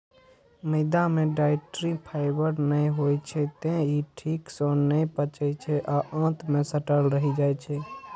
मैदा मे dietary fibre नै होइ छै, तें ई ठीक सं नै पचै छै आ आंत मे सटल रहि जाइ छै